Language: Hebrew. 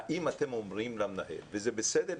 האם אתם אומרים למנהל וזה בסדר,